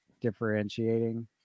differentiating